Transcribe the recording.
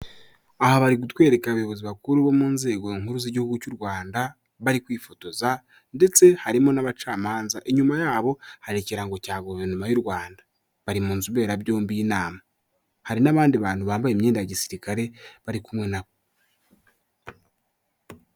Aha bari kutwereka Abayobozi Bakuru bo mu nzego nkuru z'Igihugu cy'u Rwanda bari kwifotoza, ndetse harimo n'abacamanza. Inyuma yabo hari ikirango cya Guverinoma y'u Rwanda. Bari mu nzu mberabyombi y'inama. Hari n'abandi bantu bambaye imyenda ya gisirikare bari kumwe na bo.